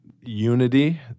unity